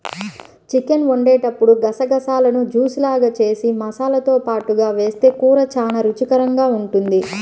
chicken వండేటప్పుడు గసగసాలను juice లాగా జేసి మసాలాతో పాటుగా వేస్తె కూర చానా రుచికరంగా ఉంటది